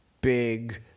big